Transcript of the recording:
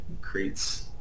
creates